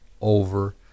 over